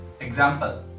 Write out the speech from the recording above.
Example